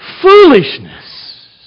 foolishness